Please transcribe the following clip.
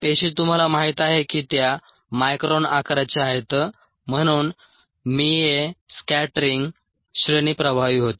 पेशी तुम्हाला माहित आहे की त्या मायक्रॉन आकाराच्या आहेत म्हणून मीए स्कॅटरिंग श्रेणी प्रभावी होते